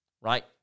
right